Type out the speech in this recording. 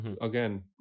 again